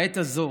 בעת הזו